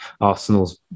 Arsenal's